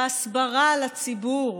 בהסברה לציבור